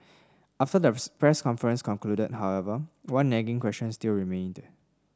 after the press conference concluded however one nagging question still remained